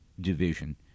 division